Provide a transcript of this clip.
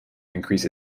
increase